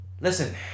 listen